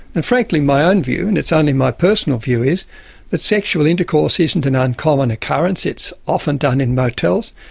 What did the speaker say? and frankly my own view, and it's only my personal view, is that sexual intercourse isn't an uncommon occurrence, it's often done in motels,